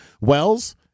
Wells